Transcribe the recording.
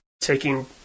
taking